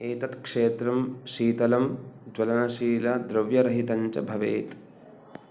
एतत् क्षेत्रं शीतलं ज्वलनशीलद्रव्यरहितं च भवेत्